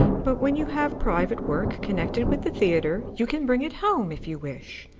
but when you have private work connected with the theatre you can bring it home if you wish.